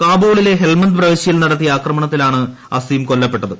കാബൂളിലെ ഹെൽമന്ദ് പ്രവിശ്യയിൽ നടത്തിയ ആക്രമണത്തിലാണ് അസിം കൊല്ലപ്പെട്ടത്